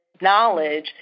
knowledge